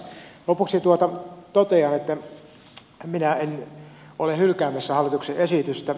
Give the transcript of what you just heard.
lopuksi totean että minä en ole hylkäämässä hallituksen esitystä